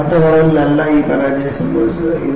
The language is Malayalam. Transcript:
കനത്ത കടലിൽ അല്ല ഈ പരാജയം സംഭവിച്ചത്